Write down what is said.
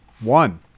one